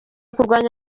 kurwanya